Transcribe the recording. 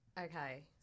Okay